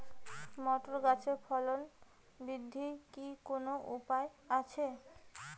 Motor গাছের ফলন বৃদ্ধির কি কোনো উপায় আছে?